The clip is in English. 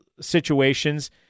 situations